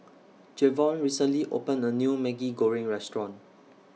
Jevon recently opened A New Maggi Goreng Restaurant